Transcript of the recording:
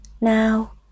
now